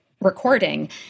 recording